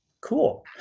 cool